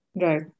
Right